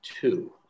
two